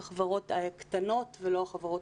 אלה הן חברות קטנות ולא גדולות.